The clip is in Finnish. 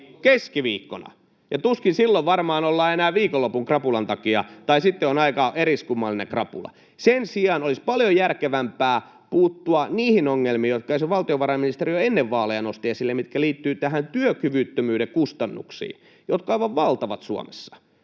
Keskiviikkona. Ja tuskin silloin varmaan ollaan enää viikonlopun krapulan takia, tai sitten on aika eriskummallinen krapula. Sen sijaan olisi paljon järkevämpää puuttua niihin ongelmiin, jotka esimerkiksi valtiovarainministeriö jo ennen vaaleja nosti esille, mitkä liittyvät näihin työkyvyttömyyden kustannuksiin, jotka ovat aivan valtavat Suomessa.